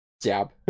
Jab